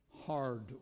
hard